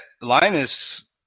Linus